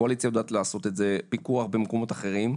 קואליציה יודעת לעשות את זה - פיקוח במקומות אחרים.